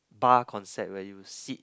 bar concept where you sit